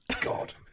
god